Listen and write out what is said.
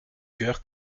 cœur